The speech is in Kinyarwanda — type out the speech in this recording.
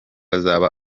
azaba